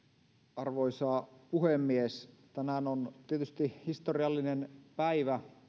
arvoisa puhemies tänään on tietysti historiallinen päivä